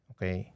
Okay